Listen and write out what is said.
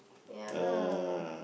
ya lah